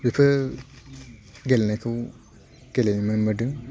बेफोर गेलेनायखौ गेलेनो मोनबोदों